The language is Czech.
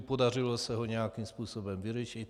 Podařilo se ho nějakým způsobem vyřešit.